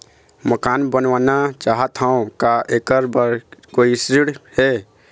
मकान बनवाना चाहत हाव, का ऐकर बर कोई ऋण हे?